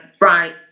right